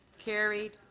carried.